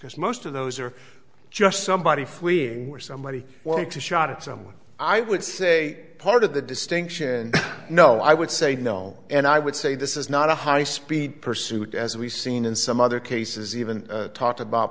because most of those are just somebody's fleeing or somebody wanted to shot someone i would say part of the distinction and no i would say no and i would say this is not a high speed pursuit as we've seen in some other cases even talked about